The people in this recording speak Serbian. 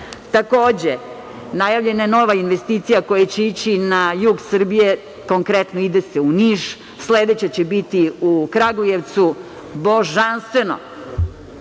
Takođe, najavljena je nova investicija koja će ići na jug Srbije, konkretno ide se u Niš, sledeća će biti u Kragujevcu. Božanstveno. Setimo